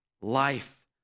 life